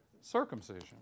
circumcision